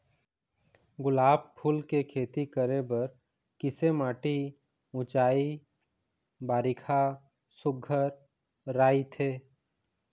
गुलाब फूल के खेती करे बर किसे माटी ऊंचाई बारिखा सुघ्घर राइथे?